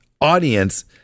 audience